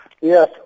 Yes